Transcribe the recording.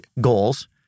goals